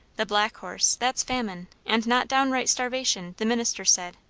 the black horse, that's famine and not downright starvation, the minister said,